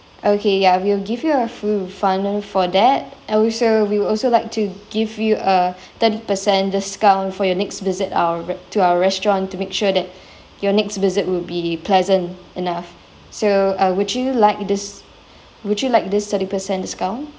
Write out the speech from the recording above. okay ya we'll give you a full refund for that and also we would also like to give you a thirty percent discount for your next visit our re~ to our restaurant to make sure that your next visit will be pleasant enough so uh would you like this would you like this thirty percent discount